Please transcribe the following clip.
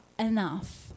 enough